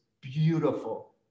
beautiful